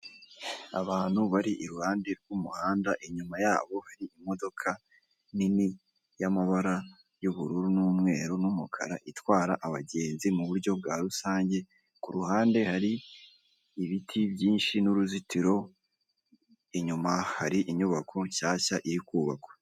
Abantu bari iruhande rw'umuhanda inyuma yabo hari imodoka nini y'amabara y'ubururu, n'umweru n'umukara itwara abagenzi muburyo bwa rusange kuruhande hari ibiti byinshi ,n'ruzitiro inyuma hari inyubako nshyashya iri kubakwa.